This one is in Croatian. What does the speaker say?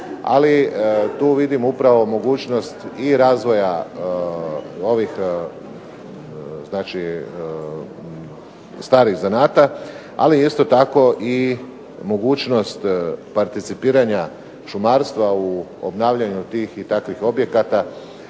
ali tu vidim upravo mogućnost i razvoja ovih starih zanata, ali isto tako mogućnost participiranja šumarstva u obnavljanju tih i takvih objekata.